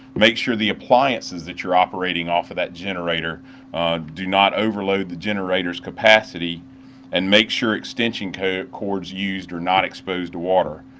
make sure the appliances that you are operating off of that generator do not overload the generator's capacity and make sure extension cords used are not exposed to water.